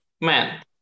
man